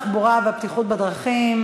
סגנית שר התחבורה והבטיחות בדרכים,